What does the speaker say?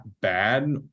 bad